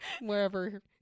wherever